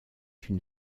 une